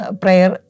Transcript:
prayer